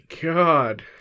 god